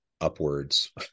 upwards